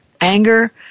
anger